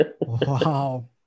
Wow